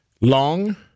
long